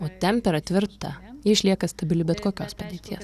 o tempera tvirta ji išlieka stabili bet kokios padėties